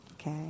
Okay